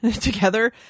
together